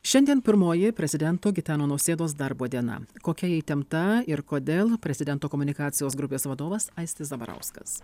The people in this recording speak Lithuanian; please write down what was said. šiandien pirmoji prezidento gitano nausėdos darbo diena kokia ji įtempta ir kodėl prezidento komunikacijos grupės vadovas aistis zabarauskas